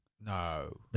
No